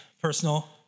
personal